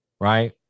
Right